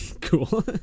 cool